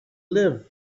live